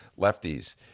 lefties